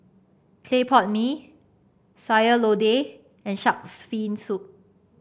Clay Pot Mee Sayur Lodeh and shark's fin soup